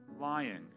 lying